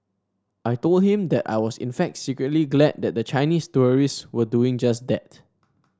I told him that I was in fact secretly glad that the Chinese tourists were doing just that